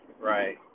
Right